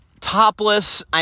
topless